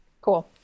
Cool